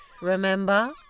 remember